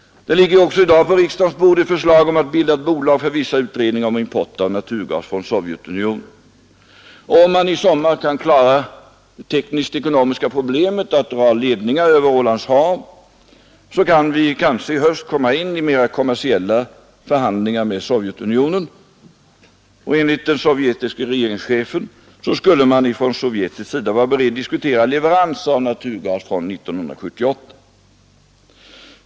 Det ligger också i dag på riksdagens bord ett förslag om att bilda ett bolag för vissa utredningar om import av naturgas från Sovjetunionen. Om man i sommar kan klara det tekniskt-ekonomiska problemet att dra ledningar ”över” Ålands hav kan vi kanske i höst komma in i mera kommersiella förhandlingar med Sovjetunionen. Enligt den sovjetiske regeringschefen skulle man från sovjetisk sida vara beredd att diskutera leveranser av naturgas från 1978.